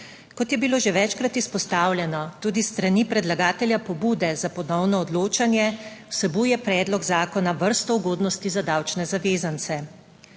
Kot je bilo že večkrat izpostavljeno tudi s strani predlagatelja pobude za ponovno odločanje, vsebuje predlog zakona vrsto ugodnosti za davčne zavezance.